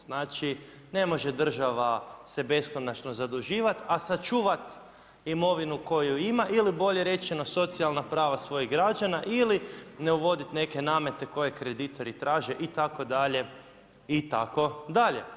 Znači ne može država se beskonačno zaduživati, a sačuvati imovinu koju ima ili bolje rečeno socijalna prava svojih građana ili ne uvoditi neke namete koje kreditori traže itd., itd.